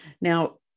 Now